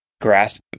grasp